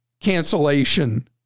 cancellation